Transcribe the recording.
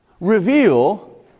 reveal